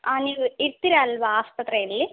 ಹಾಂ ನೀವು ಇರ್ತಿರಾ ಅಲ್ಲವಾ ಆಸ್ಪತ್ರೆಯಲ್ಲಿ